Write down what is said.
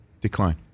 Decline